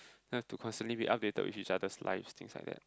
not to constantly be updated with each other's lives things like that